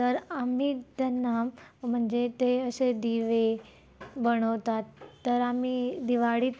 तर आम्ही त्यांना म्हणजे ते असे दिवे बनवतात तर आम्ही दिवाळीत